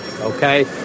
okay